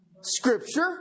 Scripture